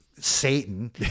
Satan